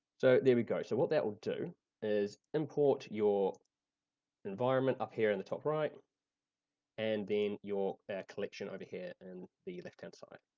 so, there we go, so what that will do is import your environment up here in the top right and then your collection over here in the left hand side.